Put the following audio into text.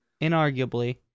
inarguably